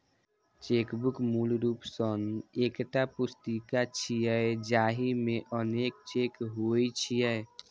chequebook मूल रूप सं एकटा पुस्तिका छियै, जाहि मे अनेक चेक होइ छै